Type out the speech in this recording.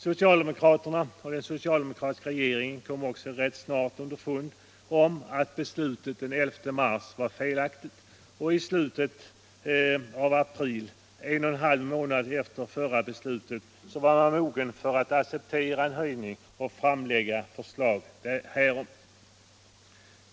Socialdemokraterna och den socialdemokratiska regeringen kom också rätt snart underfund med att beslutet den 11 mars var felaktigt, och i slutet på april — en och en halv månad efter det förra beslutet — var de mogna att acceptera en höjning och framlägga förslag härom.